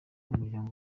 umuryango